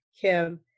Kim